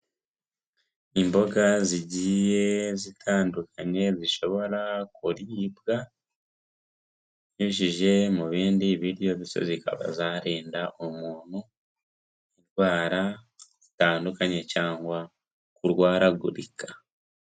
Imboga zigiye zitandukanye zishobora kuribwa binyujije mu bindi biryo bikaba zarinda umuntu indwara zitandukanye cyangwa kurwaragurika.